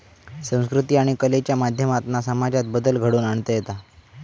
संकृती आणि कलेच्या माध्यमातना समाजात बदल घडवुन आणता येता